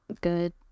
good